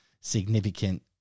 significant